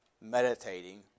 meditating